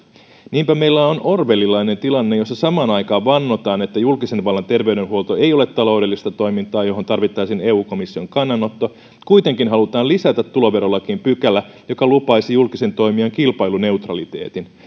niinpä meillä on orwellilainen tilanne jossa samaan aikaan kun vannotaan että julkisen vallan terveydenhuolto ei ole taloudellista toimintaa johon tarvittaisiin eu komission kannanotto kuitenkin halutaan lisätä tuloverolakiin pykälä joka lupaisi julkisen toimijan kilpailuneutraliteetin